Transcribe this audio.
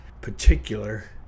particular